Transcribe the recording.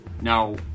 Now